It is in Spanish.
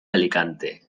alicante